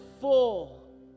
full